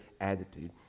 attitude